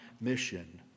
mission